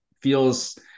feels